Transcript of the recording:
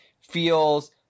feels